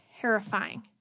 terrifying